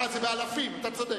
אה, זה באלפים, אתה צודק.